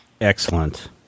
Excellent